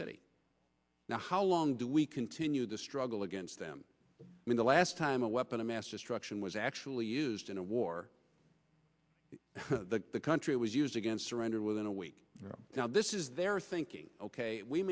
city now how long do we continue the struggle against them i mean the last time a weapon of mass destruction was actually used in a war the country it was used against surrender within a week now this is their thinking ok we